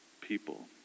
people